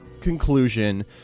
conclusion